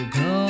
go